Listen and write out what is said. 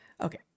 Okay